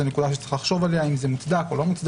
זו נקודה שיש לחשוב עליה, אם זה מוצדק או לא.